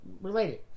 related